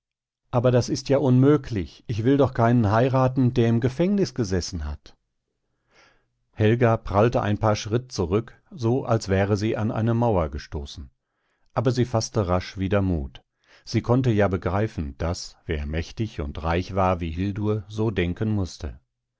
aber das ist ja unmöglich ich will doch keinen heiraten der im gefängnis gesessen hat helga prallte ein paar schritt zurück so als wäre sie an eine mauer gestoßen aber sie faßte rasch wieder mut sie konnte ja begreifen daß wer mächtig und reich war wie hildur so denken mußte